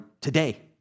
today